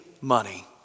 money